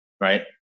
right